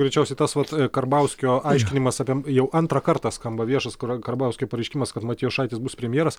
greičiausiai tas vat karbauskio aiškinimas apie jau antrą kartą skamba viešas kur karbauskio pareiškimas kad matijošaitis bus premjeras